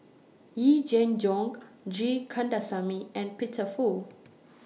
Yee Jenn Jong G Kandasamy and Peter Fu